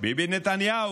ביבי נתניהו,